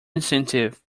incentive